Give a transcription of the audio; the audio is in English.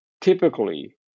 typically